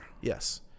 yes